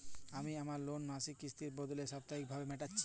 আমি আমার লোন মাসিক কিস্তির বদলে সাপ্তাহিক ভাবে মেটাচ্ছি